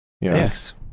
Yes